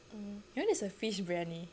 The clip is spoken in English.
mm you know there's a fish briyani